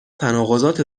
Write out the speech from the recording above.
تناقضات